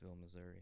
Missouri